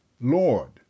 Lord